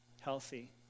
healthy